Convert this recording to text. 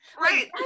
Right